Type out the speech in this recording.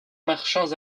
marchands